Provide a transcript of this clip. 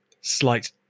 slight